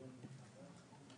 בטוח מלהוציא.